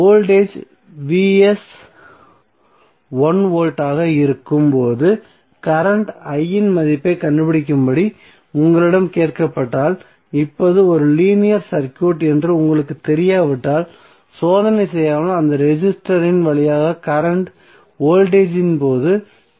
voltage 1 வோல்ட்டாக இருக்கும்போது கரண்ட்ம் இன் மதிப்பைக் கண்டுபிடிக்கும்படி உங்களிடம் கேட்கப்பட்டால் இது ஒரு லீனியர் சர்க்யூட் என்று உங்களுக்குத் தெரியாவிட்டால் சோதனை செய்யாமல் அந்த ரெசிஸ்டரின் வழியாக பாயும் கரண்ட்ம் வோல்டேஜ்ஜின் போது 0